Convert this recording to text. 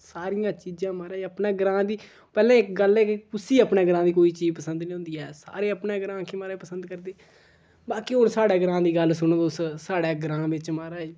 सारियां चीजां माराज अपने ग्रांऽ दी पैह्लें इक गल्ल कि कुसी अपने ग्रांऽ दी कोई चीज पसंद नेईं औंदी ऐ सारे अपने ग्रांऽ गी माराज पसंद करदे बाकी होर साढ़े ग्रांऽ दी गल्ल सुनो तुस साढ़े ग्रांऽ बिच माराज